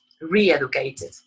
re-educated